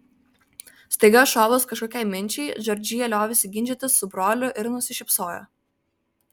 staiga šovus kažkokiai minčiai džordžija liovėsi ginčytis su broliu ir nusišypsojo